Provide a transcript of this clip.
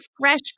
fresh